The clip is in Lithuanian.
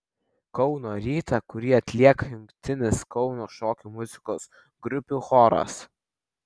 kauno rytą kurį atlieka jungtinis kauno šokių muzikos grupių choras